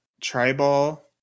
tribal